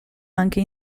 anche